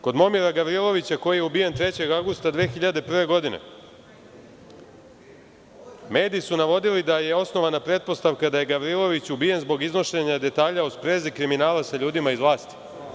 Kod Momira Gavrilovića, koji je ubijen 3. avgusta 2001. godine, mediji su navodili da je osnovana pretpostavka da je Gavrilović ubijen zbog iznošenja detalja u sprezi kriminala sa ljudima iz vlasti.